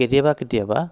কেতিয়াবা কেতিয়াবা